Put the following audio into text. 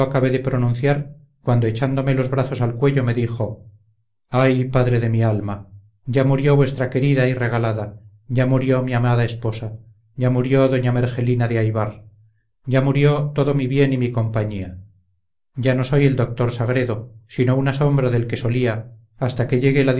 acabé de pronunciar cuando echándome los brazos al cuello me dijo ay padre de mi alma ya murió vuestra querida y regalada ya murió mi amada esposa ya murió doña mergelina de aybar ya murió todo mi bien y mi compañía ya no soy el doctor sagredo sino una sombra del que solía hasta que llegue la